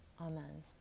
Amen